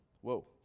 Whoa